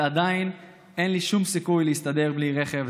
ועדיין אין לי שום סיכוי להסתדר בלי רכב,